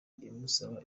imusaba